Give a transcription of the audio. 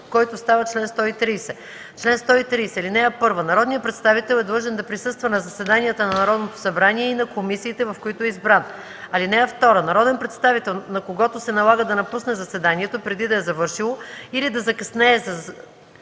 който става чл. 130: „Чл. 130. (1) Народният представител е длъжен да присъства на заседанията на Народното събрание и на комисиите, в които е избран. (2) Народен представител, на когото се налага да напусне заседанието, преди да е завършило, или да закъснее